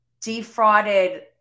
defrauded